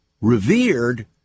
revered